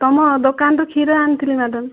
ତମ ଦୋକାନରୁ କ୍ଷୀର ଆଣିଥିଲି ମ୍ୟାଡ଼ାମ